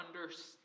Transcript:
understand